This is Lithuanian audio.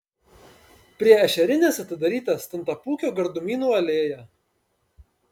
prie ešerinės atidaryta stintapūkio gardumynų alėja